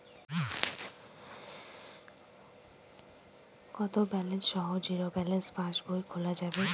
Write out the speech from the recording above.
কত ব্যালেন্স সহ zero balance পাসবই খোলা যাবে?